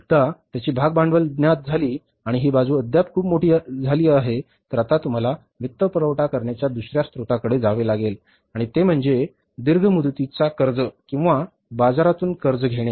एकदा त्यांची भागभांडवल ज्ञात झाली आणि ही बाजू अद्याप खूप मोठी झाली आहे तर आता तुम्हाला वित्तपुरवठा करण्याच्या दुसर्या स्त्रोताकडे जावे लागेल आणि ते म्हणजे दीर्घ मुदतीच्या कर्ज किंवा बाजारातून कर्ज घेणे